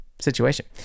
situation